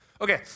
Okay